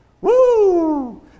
Woo